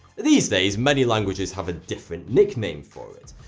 these days, many languages have a different nickname for it.